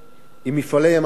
עם "מפעלי ים-המלח",